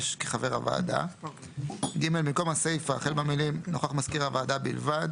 כחבר הוועדה"; (ג) במקום הסיפה החל במילים "נוכח מזכיר הוועדה בלבד"